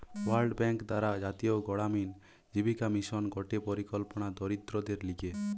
world bank দ্বারা জাতীয় গড়ামিন জীবিকা মিশন গটে পরিকল্পনা দরিদ্রদের লিগে